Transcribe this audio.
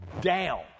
down